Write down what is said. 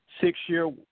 six-year